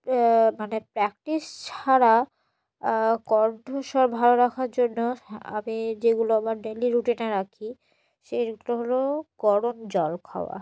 মানে প্র্যাকটিস ছাড়া কণ্ঠস্বর ভালো রাখার জন্য আমি যেগুলো আমার ডেলি রুটিনে রাখি সেইগুলো হলো গরম জল খাওয়া